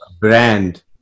brand